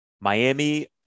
Miami